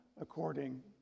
according